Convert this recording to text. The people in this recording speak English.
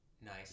nice